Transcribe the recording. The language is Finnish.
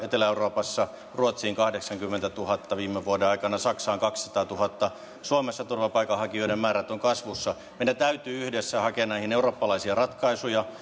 etelä euroopassa ruotsiin tuli kahdeksankymmentätuhatta viime vuoden aikana saksaan kaksisataatuhatta suomessa turvapaikanhakijoiden määrät ovat kasvussa meidän täytyy yhdessä hakea näihin eurooppalaisia ratkaisuja